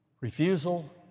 Refusal